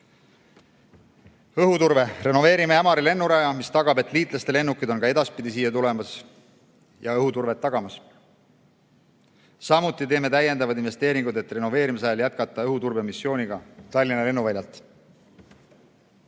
õhuturve. Renoveerime Ämari lennuraja, mis tagab, et liitlaste lennukid tulevad siia ka edaspidi õhuturvet tagama. Samuti teeme täiendavaid investeeringuid, et renoveerimise ajal jätkata õhuturbemissiooniga Tallinna lennuväljalt.